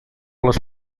les